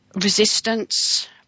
resistance